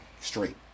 straight